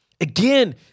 Again